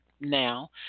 now